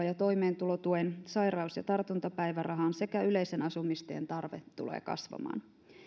ja toimeentulotuen sairaus ja tartuntapäivärahan sekä yleisen asumistuen tarve tulee kasvamaan